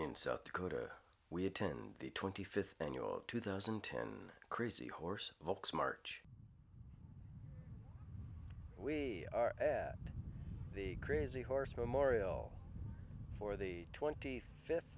in south dakota we attend the twenty fifth annual two thousand and ten crazy horse folks march we are the crazy horse memorial for the twenty fifth